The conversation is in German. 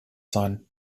sein